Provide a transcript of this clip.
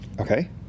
Okay